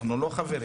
ואנחנו לא חברים.